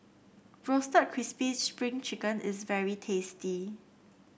Roasted Crispy Spring Chicken is very tasty